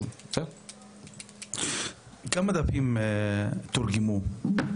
כמה דפים תורגמו?